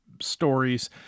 stories